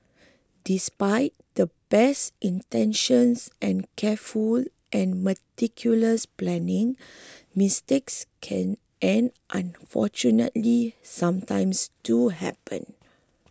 despite the best intentions and careful and meticulous planning mistakes can and unfortunately sometimes do happen